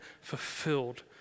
fulfilled